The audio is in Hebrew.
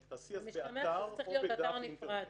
תעשי: באתר או בדף אינטרנט.